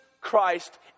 Christ